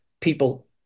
people